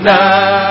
now